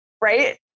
Right